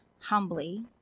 humbly